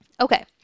Okay